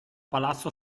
palazzo